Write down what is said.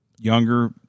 younger